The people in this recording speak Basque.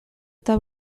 eta